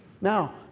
Now